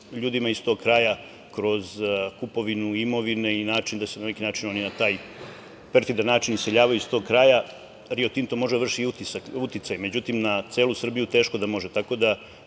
ljudima iz tog kraja kroz kupovinu imovine i da se na neki način oni na taj perfidan način iseljavaju iz tog kraja, „Rio Tinto“ može da vrši uticaj. Međutim, na celu Srbiju teško da može. Tako da,